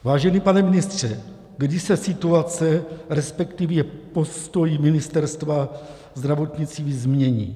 Vážený pane ministře, kdy se situace, respektive postoj Ministerstva zdravotnictví změní?